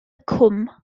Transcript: cwm